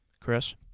Chris